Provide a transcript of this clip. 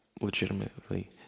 Legitimately